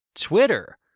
Twitter